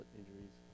injuries